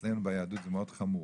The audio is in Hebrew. אצלנו ביהדות זה מאוד חמור,